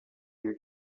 your